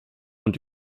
und